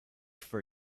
for